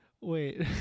Wait